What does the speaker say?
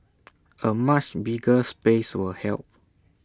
A much bigger space will help